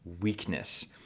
weakness